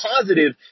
positive